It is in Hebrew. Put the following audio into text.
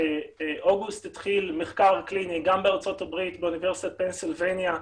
שבאוגוסט התחיל מחקר קליני גם בארצות הברית באוניברסיטת פנסילבניה,